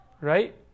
right